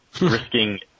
risking